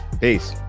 Peace